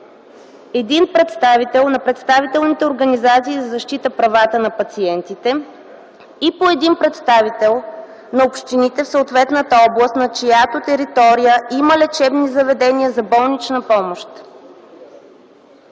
един представител на представителните организации за защита правата на пациентите и по един представител на общините в съответната област, на чиято територия има лечебно заведение за болнична помощ”.